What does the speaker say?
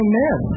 men